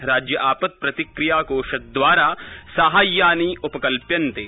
राज्यापत् प्रतिक्रिया कोषद्वारा साहाय्यानि उपकल्प्यन्ते